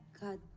God